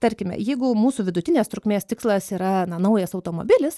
tarkime jeigu mūsų vidutinės trukmės tikslas yra na naujas automobilis